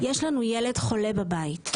יש לנו ילד חולה בבית.